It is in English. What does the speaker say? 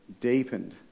deepened